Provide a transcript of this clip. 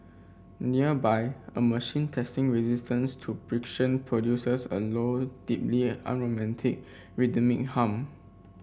nearby a machine testing resistance to friction produces a low deeply unromantic rhythmic hum